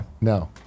no